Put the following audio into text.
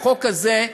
החוק הזה,